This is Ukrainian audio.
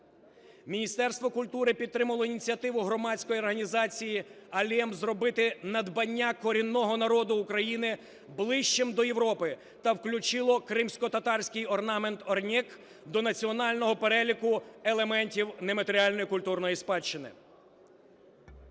Міністерство культури підтримало ініціативу громадської організації "АЛЄМ" зробити надбання корінного народу України ближчим до Європи та включило кримськотатарський орнамент "орьнек" до Національного переліку елементів нематеріальної культурної спадщини.